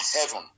heaven